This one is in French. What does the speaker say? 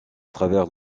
travers